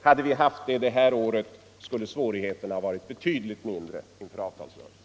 Hade vi haft det i år, skulle svårigheterna ha varit betydligt mindre inför avtalsrörelsen.